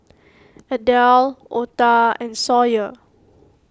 Adel Ota and Sawyer